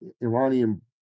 iranian